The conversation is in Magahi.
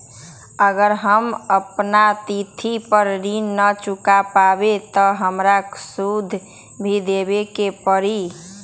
अगर हम अपना तिथि पर ऋण न चुका पायेबे त हमरा सूद भी देबे के परि?